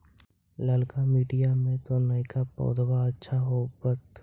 ललका मिटीया मे तो नयका पौधबा अच्छा होबत?